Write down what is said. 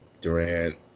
Durant